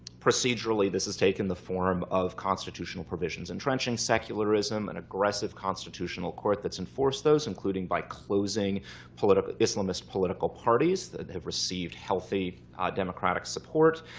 procedurally, this has taken the form of constitutional provisions entrenching secularism, an aggressive constitutional court that's enforced those, including by closing islamist political parties that have received healthy democratic support,